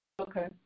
Okay